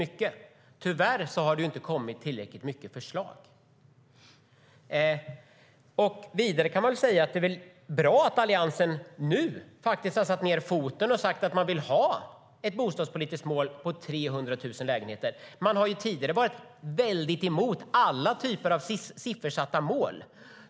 Men tyvärr har det inte kommit tillräckligt många förslag. Det är bra att Alliansen nu har satt ned foten och sagt att de vill ha ett bostadspolitiskt mål på 300 000 lägenheter. Tidigare har de varit emot alla typer av siffersatta mål.